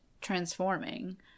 transforming